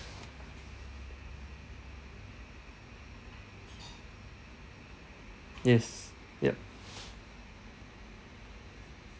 yes yup